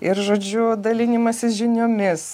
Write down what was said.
ir žodžiu dalinimasis žiniomis